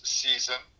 season